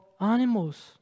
animals